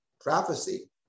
prophecy